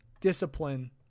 discipline